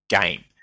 game